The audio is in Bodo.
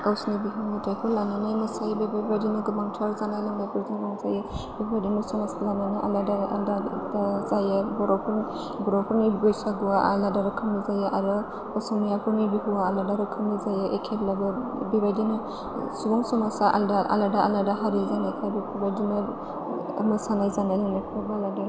गावसोरनि बिहु मेथाइखौ लानानै मोसायो बेबायदिनो गोबांथार जानाय लोंनायफोरजों रंजायो बेबायदि मोसानाया आलादा आलादा जायो बर'फोर बर'फोरनि बैसागुआ आलादा रोखोमनि जायो आरो असमियाफोरनि बिहुआ आलादा रोखोमनि जायो एखेब्लाबो बेबायदिनो सुबुं समाजा आलादा आलादा हारिजों बेफोरबायदि मोसानाय जानाय लोंनायखौबो आलादा आलादा जायो